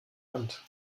hand